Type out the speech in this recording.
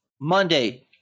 Monday